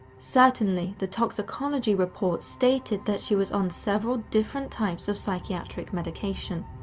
certainly, the toxicology report stated that she was on several different types of psychiatric medication.